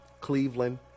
cleveland